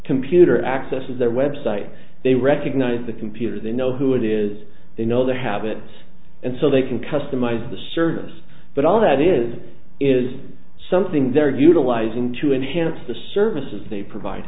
computer accesses their website they recognize the computer they know who it is they know their habits and so they can customize the servers but all that is is something they're utilizing to enhance the services they provide